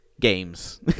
Games